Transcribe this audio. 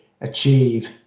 achieve